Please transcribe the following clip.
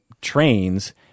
trains